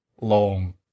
long